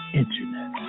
internet